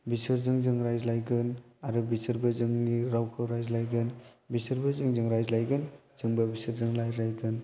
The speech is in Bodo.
बिसोरजों जों रायज्लायगोन आरो बिसोरबो जोंनि रावखौ रायज्लायगोन बिसोरबो जोंजों रायज्लायगोन जोंबो बिसोरजों रायज्लायगोन